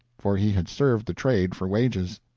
for he had served the trade for wages.